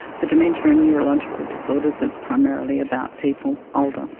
for dementia and neurological disorders it's primarily about people older.